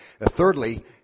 Thirdly